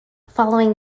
following